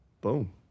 Boom